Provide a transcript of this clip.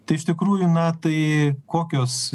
tai iš tikrųjų na tai kokios